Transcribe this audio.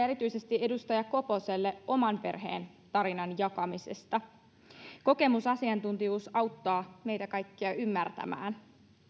erityisesti edustaja koposelle oman perheen tarinan jakamisesta kokemusasiantuntijuus auttaa meitä kaikkia ymmärtämään